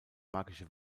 magische